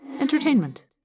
entertainment